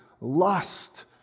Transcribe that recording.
lust